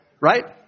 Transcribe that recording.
right